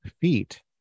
feet